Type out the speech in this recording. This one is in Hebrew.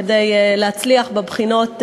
כדי להצליח בבחינות,